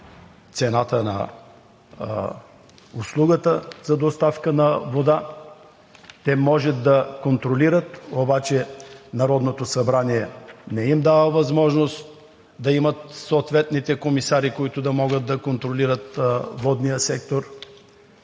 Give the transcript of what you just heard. цената на услугата за доставка на вода. Те могат да контролират, обаче Народното събрание не им дава възможност да имат съответните комисари, които да могат да контролират водния сектор.